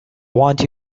want